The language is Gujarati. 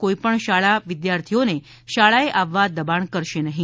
કોઈ પણ શાળા વિદ્યાર્થીઓને શાળાએ આવવા દબાણ કરશે નહી